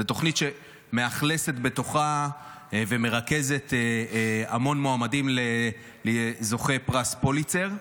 זו תוכנית שמאכלסת בתוכה ומרכזת המון מועמדים לזוכי פרס פוליצר.